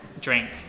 drink